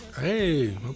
Hey